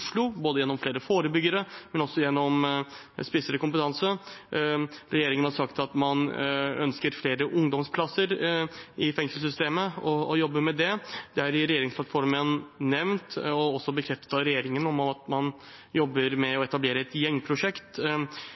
men også gjennom spissere kompetanse. Regjeringen har sagt at man ønsker flere ungdomsplasser i fengselssystemet, og jobber med det. Det er nevnt i regjeringsplattformen og også bekreftet av regjeringen at man jobber med å etablere et gjengprosjekt.